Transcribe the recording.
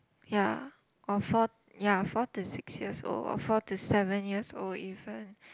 ya or four ya four to six years old or four to seven years old even